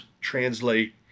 translate